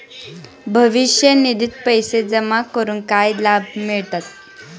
भविष्य निधित पैसे जमा करून काय लाभ मिळतात?